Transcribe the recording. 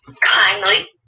kindly